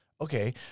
okay